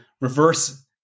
reverse